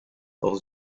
auch